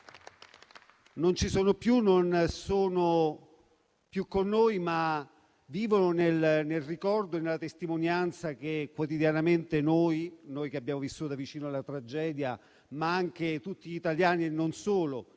non ci sono più; non sono più con noi, ma vivono nel ricordo che quotidianamente noi, che abbiamo vissuto da vicino la tragedia, ma anche tutti gli italiani, e non solo,